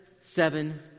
seven